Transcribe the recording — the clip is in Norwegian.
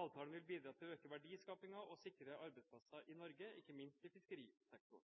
Avtalen vil bidra til å øke verdiskapingen og sikre arbeidsplasser i Norge, ikke minst i fiskerisektoren.